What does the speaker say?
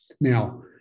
Now